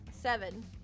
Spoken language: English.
Seven